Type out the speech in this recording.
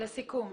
לסיכום,